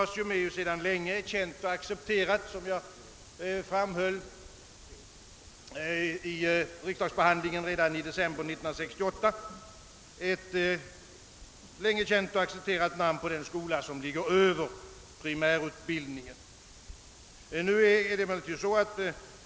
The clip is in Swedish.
Som jag framhöll redan vid riksdagsbehandlingen i december 1968 är >gymnasium> ett sedan länge känt och accepterat namn på den skola som ligger över primärutbildningen.